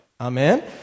Amen